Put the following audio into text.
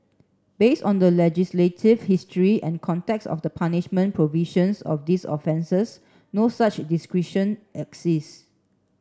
based on the legislative history and contexts of the punishment provisions of these offences no such discretion exists